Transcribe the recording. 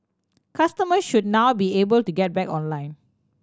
customers should now be able to get back online